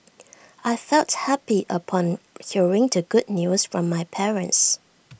I felt happy upon hearing the good news from my parents